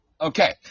Okay